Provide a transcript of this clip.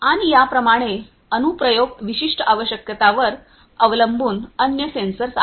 आणि या प्रमाणे अनुप्रयोग विशिष्ट आवश्यकतांवर अवलंबून अन्य सेन्सर्स आहेत